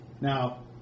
Now